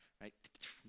Right